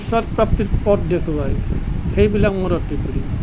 ঈশ্বৰ প্ৰাপ্তিৰ পথ দেখুৱায় সেইবিলাক মোৰ অতি প্ৰিয়